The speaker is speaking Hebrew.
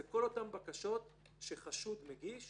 זה כל אותן בקשות שחשוד מגיש